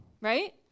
right